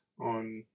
on